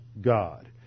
God